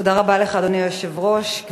אדוני היושב-ראש, תודה רבה לך.